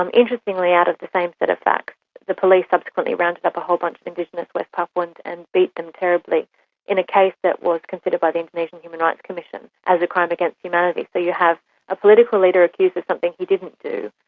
um interestingly out of the same set of facts the police subsequently rounded up a whole bunch of indigenous west papuans and beat them terribly in a case that was considered by the indonesian human rights commission as a crime against humanity. so you have a political leader accused of something he didn't do,